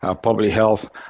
ah public health,